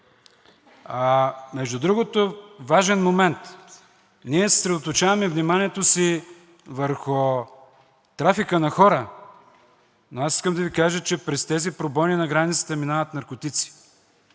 Между другото, важен момент – ние съсредоточаваме вниманието си върху трафика на хора, но аз искам да Ви кажа, че през тези пробойни на границата минават наркотици